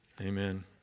Amen